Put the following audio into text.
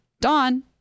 Dawn